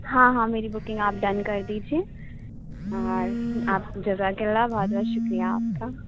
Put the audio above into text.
ہاں ہاں میری بکنگ آپ ڈن کر دیجیے اور آپ جزاک اللہ بہت بہت شُکریہ آپ کا